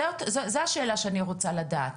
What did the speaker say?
זו השאלה שאני רוצה לדעת.